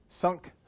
sunk